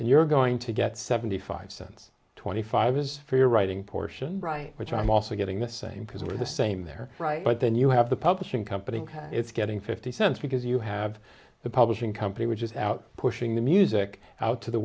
then you're going to get seventy five cents twenty five years for your writing portion right which i'm also getting the same because they're the same they're right but then you have the publishing company because it's getting fifty cents because you have the publishing company which is out pushing the music out to the